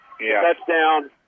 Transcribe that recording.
touchdown